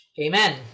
Amen